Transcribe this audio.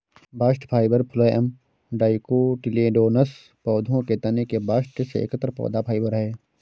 bast fibre phloem dicotyledonous पौधों के तने के बास्ट से एकत्र पौधा फाइबर है